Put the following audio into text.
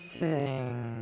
sing